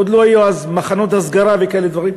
עוד לא היו אז מחנות הסגר וכאלה דברים.